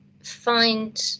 find